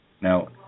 Now